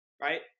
right